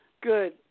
good